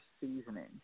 seasoning